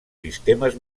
sistemes